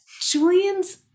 Julian's